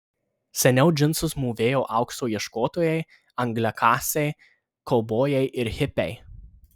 seniau džinsus mūvėjo aukso ieškotojai angliakasiai kaubojai ir hipiai